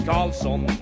Carlson